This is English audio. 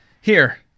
Here